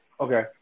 okay